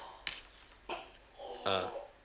ah